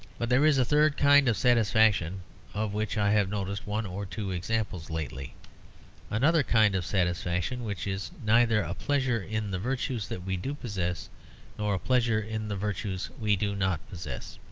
but there is a third kind of satisfaction of which i have noticed one or two examples lately another kind of satisfaction which is neither a pleasure in the virtues that we do possess nor a pleasure in the virtues we do not possess.